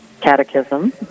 catechism